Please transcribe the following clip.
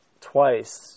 twice